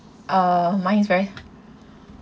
uh mine is very